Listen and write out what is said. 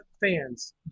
fans